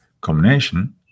combination